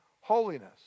holiness